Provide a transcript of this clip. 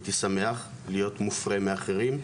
הייתי שמח להיות מופרה מאחרים.